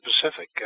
Pacific